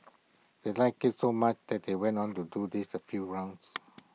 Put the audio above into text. they liked IT so much that they went on to do this A few rounds